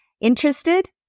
Interested